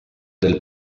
del